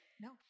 No